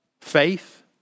faith